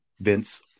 Vince